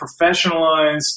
professionalized